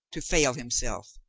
to fail himself.